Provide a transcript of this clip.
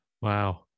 wow